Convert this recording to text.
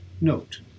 Note